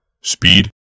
Speed